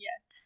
Yes